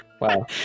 Wow